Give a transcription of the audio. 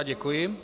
Děkuji.